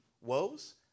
woes